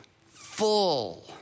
full